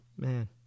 man